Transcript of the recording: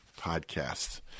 podcasts